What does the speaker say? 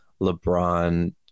LeBron